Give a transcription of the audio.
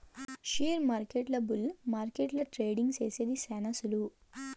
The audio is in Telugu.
షేర్మార్కెట్ల బుల్ మార్కెట్ల ట్రేడింగ్ సేసేది శాన సులువు